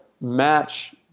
match